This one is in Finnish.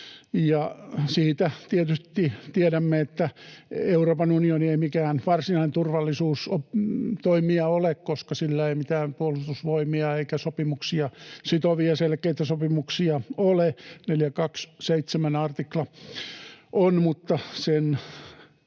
siitä tietysti tiedämme, että Euroopan unioni ei mikään varsinainen turvallisuustoimija ole, koska sillä ei mitään puolustusvoimia eikä sitovia selkeitä sopimuksia ole — 427. artikla on, mutta sen